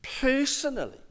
personally